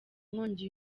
inkongi